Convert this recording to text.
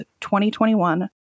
2021